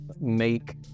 make